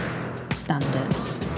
standards